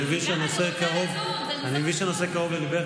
אני מבין שהנושא קרוב לליבך,